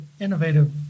innovative